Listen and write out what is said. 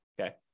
Okay